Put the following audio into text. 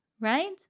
right